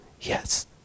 Yes